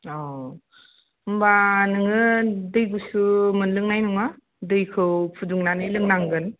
अ होमबा नोङो दै गुसु मोनलोंनाय नङा दैखौ फुदुंनानै लोंनांगोन